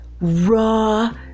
raw